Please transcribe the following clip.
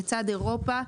לצד אירופה,